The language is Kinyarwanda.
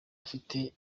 ifite